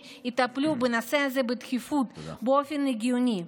יטפלו בנושא הזה בדחיפות באופן הגיוני.